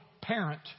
parent